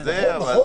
וכו',